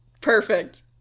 Perfect